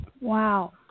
Wow